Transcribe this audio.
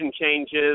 changes